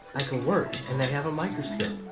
i could work and they have a microscope.